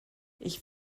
ich